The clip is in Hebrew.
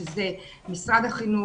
שזה משרד החינוך,